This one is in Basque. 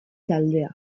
taldeak